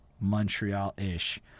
Montreal-ish